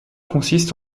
consiste